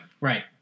Right